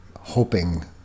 hoping